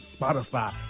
Spotify